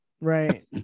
right